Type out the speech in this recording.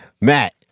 Matt